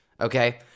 Okay